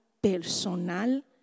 personal